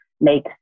make